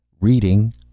Reading